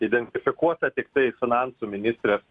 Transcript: identifikuota tiktai finansų ministrės